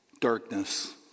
Darkness